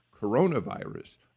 coronavirus